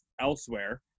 elsewhere